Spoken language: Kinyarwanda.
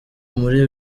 muri